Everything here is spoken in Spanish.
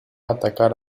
atacar